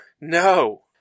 no